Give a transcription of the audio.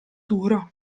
duro